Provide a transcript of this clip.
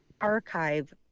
archive